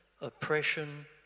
oppression